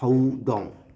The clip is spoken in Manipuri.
ꯍꯧꯗꯣꯡ